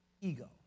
ego